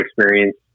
experience